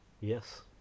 Yes